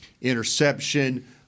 interception